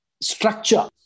structure